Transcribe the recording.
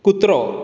कुत्रो